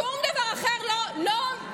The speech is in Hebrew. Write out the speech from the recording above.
שום דבר אחר לא משנה?